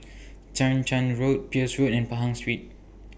Chang Charn Road Peirce Road and Pahang Street